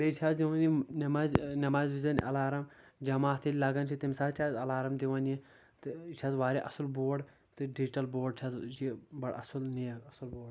بیٚیہِ چھِ حظ دِوان یِم نٮ۪مازِ نٮ۪مازِ وزِین الارام جماعت ییٚلہِ لگان چھِ تمہِ ساتہٕ چھِ اتھ الارام دِوان یہِ تہٕ یہِ چھِ حظ واریاہ اصل بورڈ تہٕ ڈجٹل بورڈ چھِ حظ یہِ بڑٕ اصل نیک اصل بورڈ